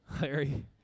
Larry